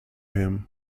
him